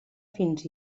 fins